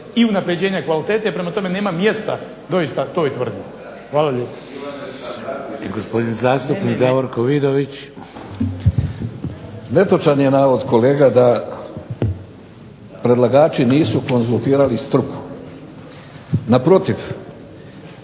i unapređenja kvalitete. Prema tome, nema mjesta doista toj tvrdnji. Hvala lijepo.